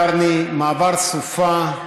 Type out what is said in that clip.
מעבר קרני, מעבר סופה,